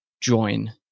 join